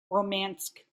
romanesque